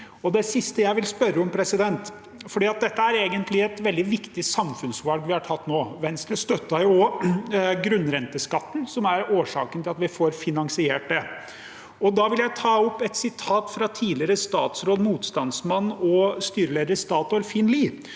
Det siste jeg vil spørre om, for det er egentlig et veldig viktig samfunnsvalg vi har tatt nå, er: Venstre støttet også grunnrenteskatten, som er årsaken til at vi får finansiert det. Da vil jeg ta opp et utsagn fra tidligere statsråd, motstandsmann og styreleder i Statoil, Finn Lied.